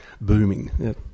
booming